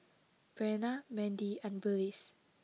Brenna Mendy and Willis